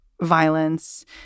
violence